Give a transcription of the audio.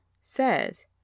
says